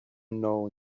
know